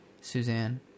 Suzanne